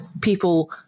people